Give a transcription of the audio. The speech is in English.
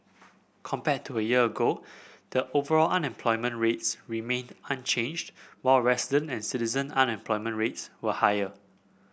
compared to a year ago the overall unemployment rates remained unchanged while resident and citizen unemployment rates were higher